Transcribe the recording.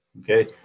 Okay